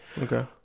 Okay